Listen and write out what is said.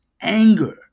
anger